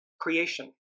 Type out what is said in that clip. creation